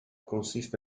consiste